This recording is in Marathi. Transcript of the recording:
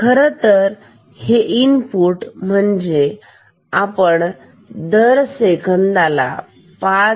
खरतर हे इनपुट म्हणजे आपण दर सेकंदाला 5